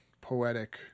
poetic